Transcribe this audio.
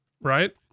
right